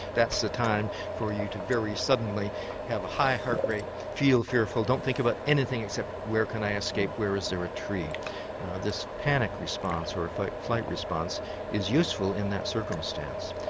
that's the time for you to very suddenly have a high heart rate, feel fearful, don't think about anything except where can i escape, where is there a tree. now this panic response or flight flight response is useful in that circumstance.